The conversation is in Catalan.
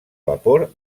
vapor